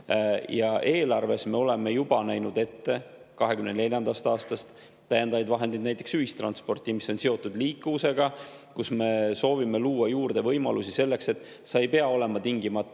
Eelarves me oleme juba näinud ette 2024. aastal täiendavaid vahendeid näiteks ühistransporti, mis on seotud liikuvusega. Me soovime luua juurde võimalusi selleks, et [inimene] ei peaks olema tingimata